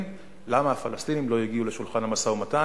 למה הפלסטינים לא הגיעו לשולחן המשא-ומתן.